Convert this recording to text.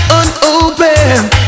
unopened